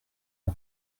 aho